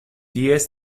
ties